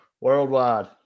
Worldwide